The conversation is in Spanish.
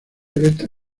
esta